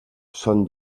són